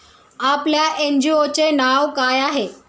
आपल्या एन.जी.ओ चे नाव काय आहे?